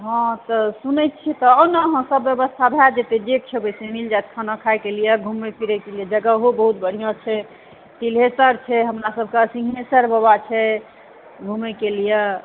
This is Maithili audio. हँ तऽ सुनै छी तऽ आउ ने अहाँ सब व्यवस्था भए जेतै जे खेबै से मिल जायत खाना खाएके लिए घुमैके फिरैके लिए जगहो बहुत बढ़िऑं छै सिंघेशर छै सिंघेश्वर बाबा छै अपना सभके घुमैके लिये